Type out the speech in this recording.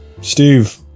Steve